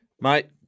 Mate